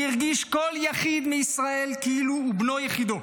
והרגיש כל יחיד מישראל כאילו הוא בנו יחידו.